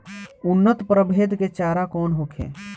उन्नत प्रभेद के चारा कौन होखे?